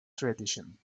tradition